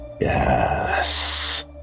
Yes